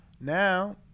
Now